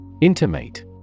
Intimate